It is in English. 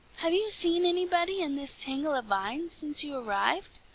have you seen anybody in this tangle of vines since you arrived?